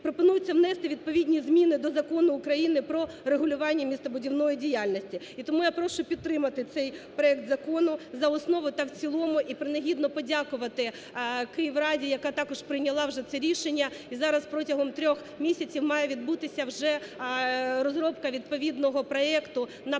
пропонується внести відповідні зміни до Закону України "Про регулювання містобудівної діяльності". І тому я прошу підтримати цей проект закону за основу та в цілому. І принагідно подякувати Київраді, яка також прийняла вже це рішення, і зараз, протягом трьох місяців має відбутися вже розробка відповідного проекту на